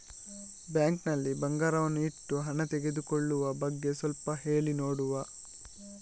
Bank ನಲ್ಲಿ ಬಂಗಾರವನ್ನು ಇಟ್ಟು ಹಣ ತೆಗೆದುಕೊಳ್ಳುವ ಬಗ್ಗೆ ಸ್ವಲ್ಪ ಹೇಳಿ ನೋಡುವ?